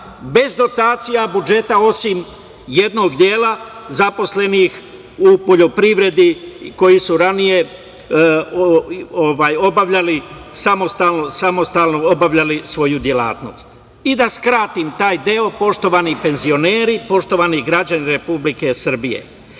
bez dotacija budžeta, osim jednog dela, zaposlenih u poljoprivredi, koji su ranije obavljali samostalno svoju delatnost.I da skratim taj deo, poštovani penzioneri, poštovani građani Republike Srbije,